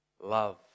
love